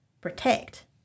protect